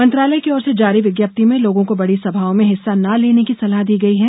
मंत्रालय की ओर से जारी विज्ञप्ति में लोगों को बड़ी समाओं में हिस्सा न लेने की सलाह दी गई है